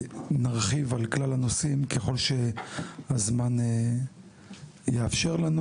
ונרחיב על כלל הנושאים, ככל שהזמן יאפשר לנו.